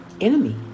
enemy